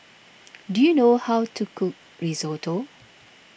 do you know how to cook Risotto